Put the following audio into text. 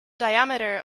diameter